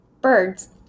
Birds